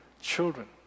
children